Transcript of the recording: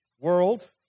world